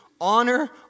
honor